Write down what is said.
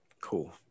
cool